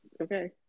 Okay